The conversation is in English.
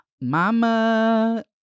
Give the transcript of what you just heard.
Mama